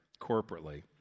corporately